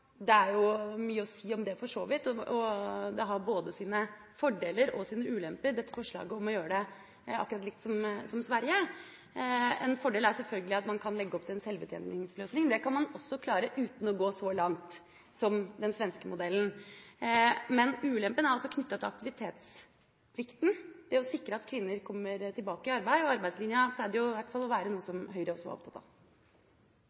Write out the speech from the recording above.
sine ulemper dette forslaget om å gjøre det akkurat likt som Sverige. En fordel er selvfølgelig at man kan legge opp til en selvbetjeningsløsning. Det kan man også klare uten å gå så langt som den svenske modellen. Men ulempen er knyttet til aktivitetsplikten, det å sikre at kvinner kommer tilbake i arbeid. Og arbeidslinja pleide å være noe som også Høyre var opptatt av. Det blir gitt anledning til tre oppfølgingsspørsmål – først representanten Arve Kambe. Dette er en sak som Høyre er veldig engasjert i. Det burde vært så enkelt som